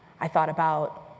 i thought about,